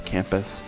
Campus